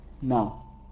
now